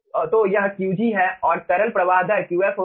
तो यह Qg है और तरल प्रवाह दर Qf होगा